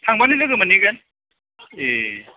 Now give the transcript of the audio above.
थांबानो लोगो मोनहैगोन ए